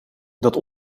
dat